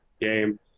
game